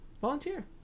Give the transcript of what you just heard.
volunteer